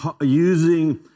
using